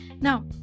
now